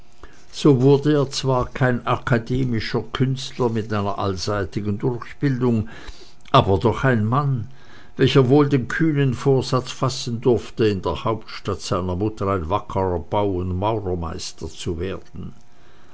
so wurde er zwar kein akademischer künstler mit einer allseitigen durchbildung aber doch ein mann welcher wohl den kühnen vorsatz fassen durfte in der hauptstadt seiner heimat ein wackerer bau und maurermeister zu werden